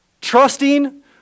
Trusting